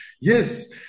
Yes